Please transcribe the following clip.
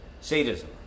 sadism